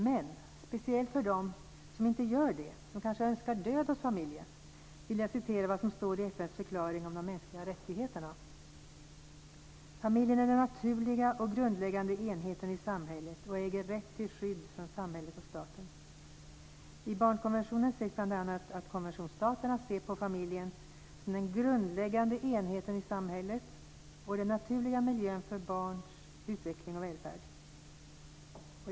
Men speciellt för dem som inte gör det, som kanske önskar död åt familjen, vill jag citera vad som står i FN:s förklaring om de mänskliga rättigheterna: "Familjen är den naturliga och grundläggande enheten i samhället och äger rätt till skydd från samhället och staten." I barnkonventionen sägs bl.a. att konventionsstaterna ser på familjen som den grundläggande enheten i samhället och den naturliga miljön för barns utveckling och välfärd.